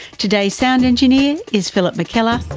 today's sound engineer is phillip mckellar.